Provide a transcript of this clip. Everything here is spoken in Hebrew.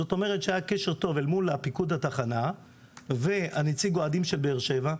זאת אומרת שהיה קשר טוב אל מול פיקוד התחנה ונציג האוהדים של באר שבע.